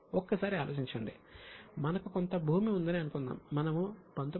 ఒక్కసారి ఆలోచించండి మనకు కొంత భూమి ఉందని అనుకుందాం